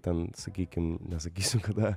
ten sakykim nesakysiu kada